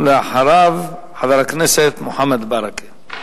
ואחריו, חבר הכנסת מוחמד ברכה.